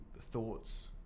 thoughts